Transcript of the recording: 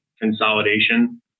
consolidation